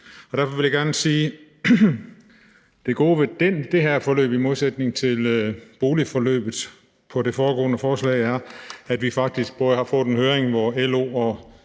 Derfor vil jeg gerne sige, at det gode ved det her forløb i modsætning til boligforløbet i det foregående forslag er, at vi faktisk har fået en høring, hvor LO og